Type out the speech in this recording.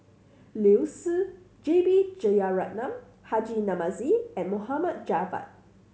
Liu Si J B Jeyaretnam Haji Namazie Mohd Javad